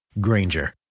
Granger